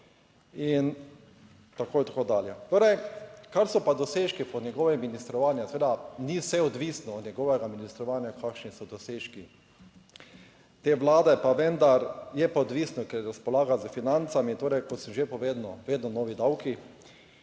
in tako in tako dalje. Torej, kar so pa dosežki po njegovem ministrovanju, seveda ni vse odvisno od njegovega ministrovanja kakšni so dosežki te Vlade, pa vendar, je pa odvisno, ker razpolaga s financami, torej kot sem že povedal, vedno novi davki.